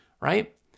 right